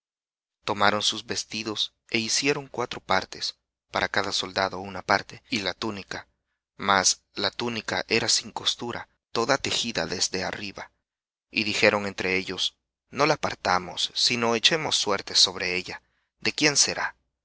tomaron sus vestidos é hicieron cuatro partes para cada soldado una parte y la túnica mas la túnica era sin costura toda tejida desde arriba y dijeron entre ellos no la partamos sino echemos suertes sobre ella de quién será